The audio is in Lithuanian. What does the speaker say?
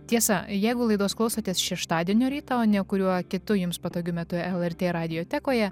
tiesa jeigu laidos klausotės šeštadienio rytą o ne kuriuo kitu jums patogiu metu lrt radijotekoje